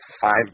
five